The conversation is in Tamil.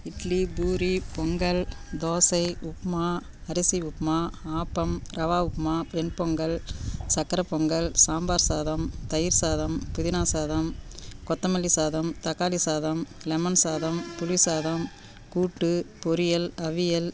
இட்லி பூரி பொங்கல் தோசை உப்புமா அரிசி உப்புமா ஆப்பம் ரவா உப்புமா வெண்பொங்கல் சக்கரை பொங்கல் சாம்பார் சாதம் தயிர் சாதம் புதினா சாதம் கொத்தமல்லி சாதம் தக்காளி சாதம் லெமன் சாதம் புளி சாதம் கூட்டு பொரியல் அவியல்